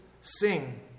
sing